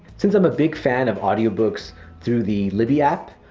since i am a big fan of audiobooks through the libby app,